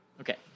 okay